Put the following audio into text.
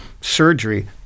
surgery